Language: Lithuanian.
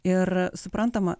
ir suprantama